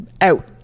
out